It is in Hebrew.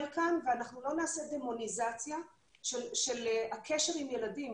כאן ואנחנו לא נעשה דמוניזציה של הקשר עם ילדים,